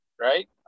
right